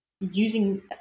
using